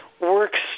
works